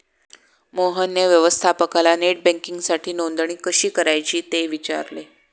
मोहनने व्यवस्थापकाला नेट बँकिंगसाठी नोंदणी कशी करायची ते विचारले